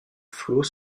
flots